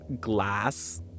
glass